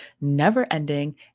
never-ending